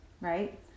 right